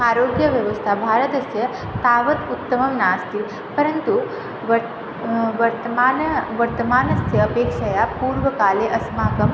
आरोग्यव्यवस्था भारतस्य तावत् उत्तमं नास्ति परन्तु वर्त वर्तमाने वर्तमानस्य अपेक्षया पूर्वकाले अस्माकं